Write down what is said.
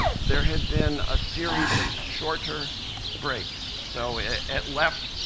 there had been a series of shorter breaks. so at left,